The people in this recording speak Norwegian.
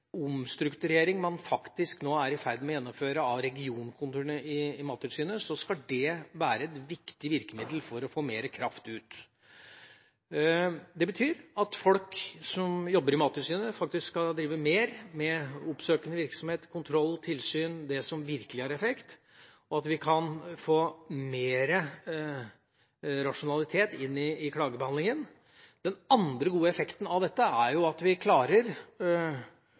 man faktisk nå er i ferd med å gjennomføre av regionkontorene i Mattilsynet, skal være et viktig virkemiddel for å få mer kraft ut. Det betyr at folk som jobber i Mattilsynet, skal drive mer med oppsøkende virksomhet, kontroll, tilsyn, det som virkelig har effekt, og at vi får mer rasjonalitet inn i klagebehandlinga. Den andre gode effekten av dette er at vi i større grad klarer